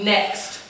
Next